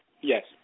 Yes